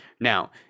Now